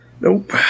Nope